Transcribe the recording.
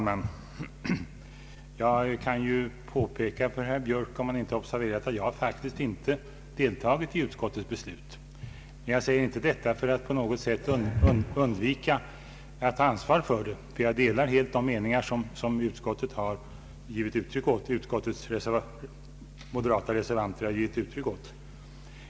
Herr talman! Jag kan påpeka för herr Björk, om han inte observerat det, att jag faktiskt inte deltagit i utskottets beslut. Jag säger inte detta för att på något sätt undvika att ta ansvar, ty jag instämmer helt i de meningar som ut skottets moderata reservanter givit uttryck åt.